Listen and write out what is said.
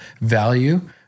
value